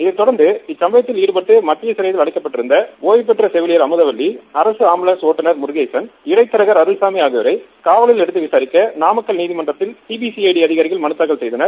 இதைத்தொடர்ந்து இந்த சும்பவத்தில் ஈடுபட்டு மத்திய சிறையில் அடைக்கப்பட்டிருந்த அடைவு பெற்ற செவிலியர் அமுதவள்ளி அரசு அம்புலன்ஸ் ஒட்டுறர் முருகேசன் இடைத்தாகர் அருள்சாமி அகியோரை காவலில் எடுத்து விசாரிக்க நாமக்கல் நீதிமன்றத்தில் சிபிசிஐடி அதிகாரிகள் மனு தூக்கல் செய்தனர்